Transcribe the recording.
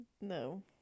no